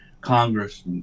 Congress